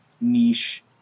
niche